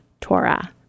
Torah